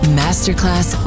masterclass